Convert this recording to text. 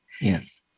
Yes